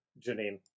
Janine